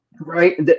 Right